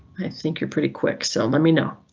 i think you're pretty quick, so let me know.